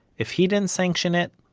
if he didn't sanction it,